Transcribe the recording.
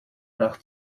nach